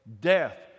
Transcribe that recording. death